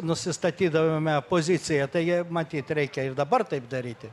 nusistatydavome poziciją tai matyt reikia ir dabar taip daryti